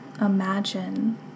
imagine